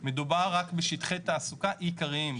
מדובר רק בשטחי תעסוקה עיקריים,